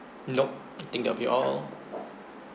nope I think that'll be all